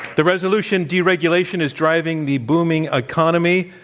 the deregulation deregulation is driving the booming economy.